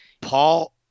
paul